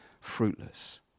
fruitless